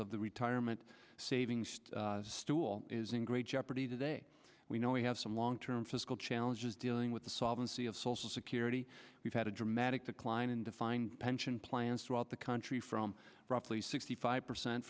of the retirement savings stool is in great jeopardy today we know we have some long term fiscal challenges dealing with the solvency of social security we've had a dramatic decline in defined pension plans throughout the country from roughly sixty five percent